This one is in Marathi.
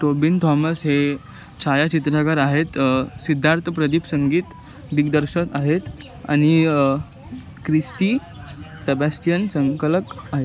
टोबिन थॉमस हे छायाचित्रकार आहेत सिद्धार्थ प्रदीप संगीत दिग्दर्शक आहेत आणि क्रिस्टी सबॅस्टियन संकलक आहे